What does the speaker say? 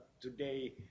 today